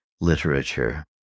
literature